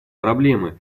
проблемы